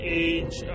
age